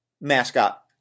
Mascot